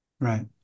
Right